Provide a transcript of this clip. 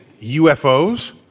UFOs